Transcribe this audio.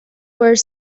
were